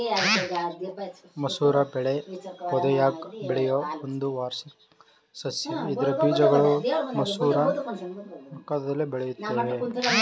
ಮಸೂರ ಬೆಳೆ ಪೊದೆಯಾಗ್ ಬೆಳೆಯೋ ಒಂದು ವಾರ್ಷಿಕ ಸಸ್ಯ ಇದ್ರ ಬೀಜಗಳು ಮಸೂರ ಆಕಾರ್ದಲ್ಲಿ ಬೆಳೆಯುತ್ವೆ